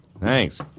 Thanks